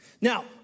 Now